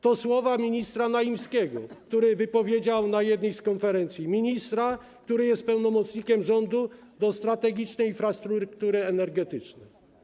To słowa ministra Naimskiego, które wypowiedział na jednej z konferencji, ministra, który jest pełnomocnikiem rządu do spraw strategicznej infrastruktury energetycznej.